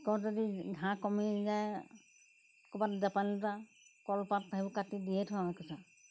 ক'ৰবাত যদি ঘাঁহ কমি যায় ক'ৰবাত জাপানীলতা কলপাত সেইবোৰ কাটি দিয়ে থওঁ একোচা